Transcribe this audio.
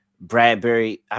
Bradbury